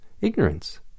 ignorance